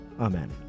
amen